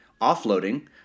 offloading